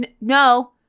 No